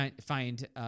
find